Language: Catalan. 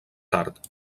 tard